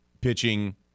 pitching